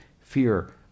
Fear